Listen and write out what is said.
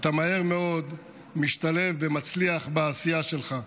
אתה מהר מאוד משתלב ומצליח בעשייה שלך.